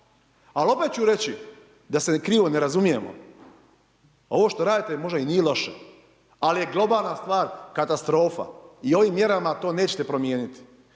Ali opet ću reći da se krivo ne razumijemo. Ovo što radite možda i nije loše, ali je globalna stvar katastrofa i ovim mjerama to nećete promijenit,